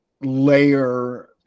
layer